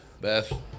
Beth